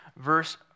verse